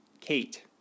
Kate